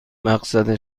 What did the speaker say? مقصد